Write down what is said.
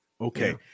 Okay